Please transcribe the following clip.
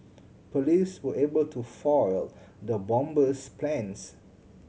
police were able to foil the bomber's plans